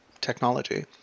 technology